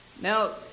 Now